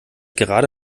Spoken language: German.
gerade